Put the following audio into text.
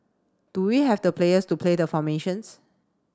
do we have the players to play the formations